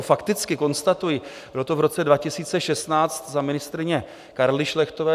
Fakticky konstatuji, bylo to v roce 2016 za ministryně Karly Šlechtové.